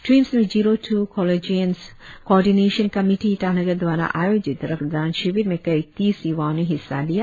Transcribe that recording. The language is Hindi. ट्रिम्स में zero two collegians coordination committee Itanagar दवारा आयोजित रक्तदान शिविर में करीब तीस य्वाओं ने हिस्सा लिया